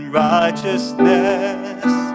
righteousness